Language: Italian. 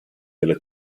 della